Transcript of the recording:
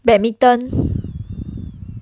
badminton